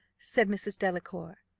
said mrs. delacour.